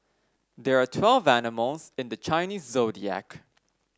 there are twelve animals in the Chinese Zodiac